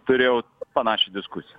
turėjau panašią diskusiją